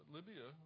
Libya